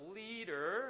leader